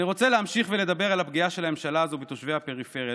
אני רוצה להמשיך ולדבר על הפגיעה של הממשלה הזו בתושבי הפריפריה.